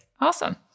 awesome